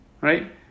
Right